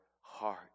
heart